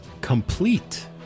complete